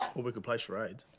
or we can play charades.